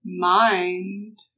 mind